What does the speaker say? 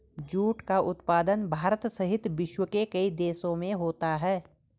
jute का उत्पादन भारत सहित विश्व के कई देशों में होता है